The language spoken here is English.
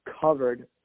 covered